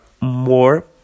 more